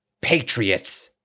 patriots